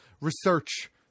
research